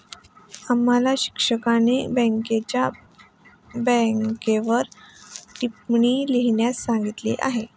आम्हाला शिक्षिकेने बँकरच्या बँकेवर टिप्पणी लिहिण्यास सांगितली आहे